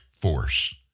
force